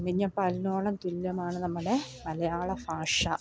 അമ്മിഞ്ഞപ്പാലിനോളം തുല്യമാണ് നമ്മുടെ മലയാളം ഭാഷ